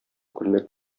күлмәк